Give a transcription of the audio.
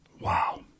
Wow